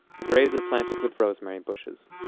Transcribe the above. the graves are planted with rosemary bushes.